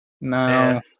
No